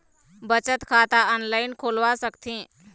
बचत खाता ऑनलाइन खोलवा सकथें?